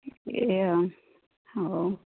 ଏଁ ହଉ